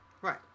Right